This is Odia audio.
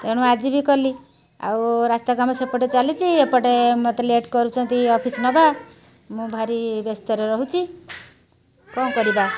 ତେଣୁ ଆଜି ବି କଲି ଆଉ ରାସ୍ତା କାମ ସେପଟେ ଚାଲିଛି ଏପଟେ ମୋତେ ଲେଟ୍ କରୁଛନ୍ତି ଅଫିସ ନେବା ମୁଁ ଭାରି ବ୍ୟସ୍ତ ରହୁଛି କ'ଣ କରିବା